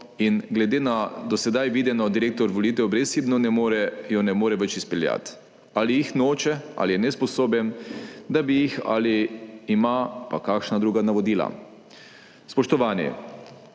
In glede na do sedaj videno, direktor volitev brezhibno ne more več izpeljati, ali jih noče ali je nesposoben, da bi jih, ali pa ima kakšna druga navodila. Spoštovani!